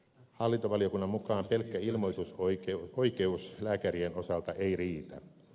hallintovaliokunnan mukaan pelkkä ilmoitusoikeus lääkärien osalta ei riitä